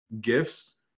gifts